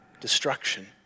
destruction